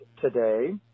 today